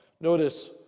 Notice